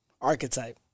Archetype